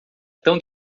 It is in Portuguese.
tão